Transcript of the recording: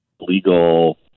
legal